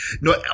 No